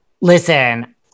Listen